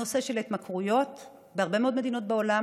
הנושא של התמכרויות בהרבה מאוד מדינות בעולם